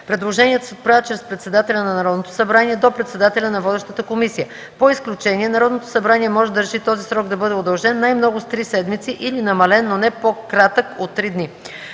Предложенията се отправят чрез председателя на Народното събрание до председателя на водещата комисия. По изключение Народното събрание може да реши този срок да бъде удължен най-много с три седмици или намален, но не по-кратък от три дни.